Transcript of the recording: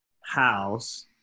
house